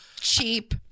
Cheap